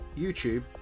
YouTube